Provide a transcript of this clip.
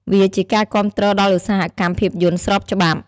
វាជាការគាំទ្រដល់ឧស្សាហកម្មភាពយន្តស្របច្បាប់។